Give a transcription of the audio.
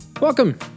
Welcome